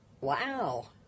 Wow